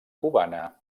cubana